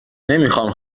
نمیخام